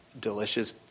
delicious